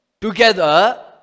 together